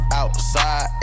outside